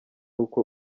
uko